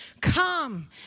Come